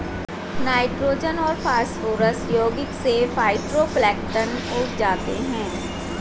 nitrogen और phosphorus यौगिक से फाइटोप्लैंक्टन उग जाते है